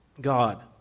God